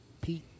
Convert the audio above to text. Pete